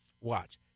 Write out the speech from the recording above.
Watch